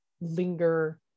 linger